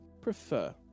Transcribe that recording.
prefer